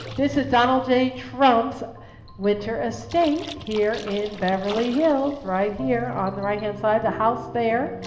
this is donald j. trump's winter estate here in beverly hills, right here on the right hand side, the house there.